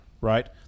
Right